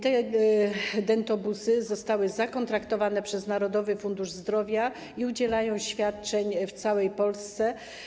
Te dentobusy zostały zakontraktowane przez Narodowy Fundusz Zdrowia i udzielają świadczeń w całej Polsce.